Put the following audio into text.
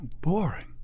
Boring